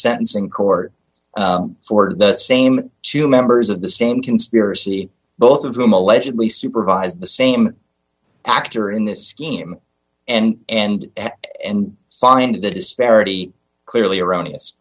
sentencing court for the same two members of the same conspiracy both of whom allegedly supervise the same doctor in this scheme and and and find that is very clearly erroneous